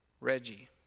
Reggie